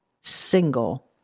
single